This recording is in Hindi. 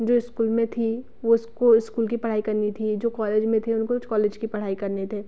जो स्कूल में थी वो उसको स्कूल की पढ़ाई करनी थी जो कॉलेज में थे उनको कॉलेज की पढ़ाई करने थी